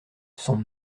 son